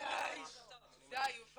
יכול